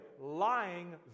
lying